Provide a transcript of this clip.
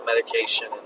medication